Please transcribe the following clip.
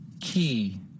Key